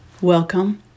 Welcome